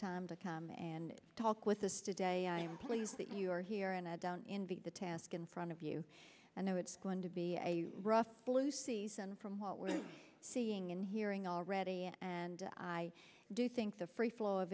time to come and talk with us today i am pleased that you are here and i don't envy the task in front of you and i know it's going to be a rough flu season from what we're seeing and hearing already and i do think the free flow of